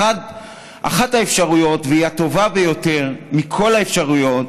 אחת האפשרויות, והיא הטובה ביותר מכל האפשרויות,